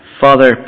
Father